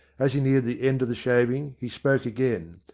as he neared the end of the shaving he spoke again,